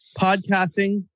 podcasting